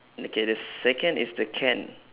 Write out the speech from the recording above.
okay the second is the can